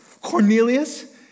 Cornelius